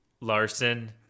Larson